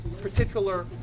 particular